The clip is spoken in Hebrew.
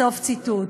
סוף ציטוט.